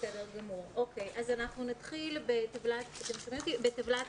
בסדר גמור, אוקיי, אז אנחנו נתחיל בטבלת תשלומי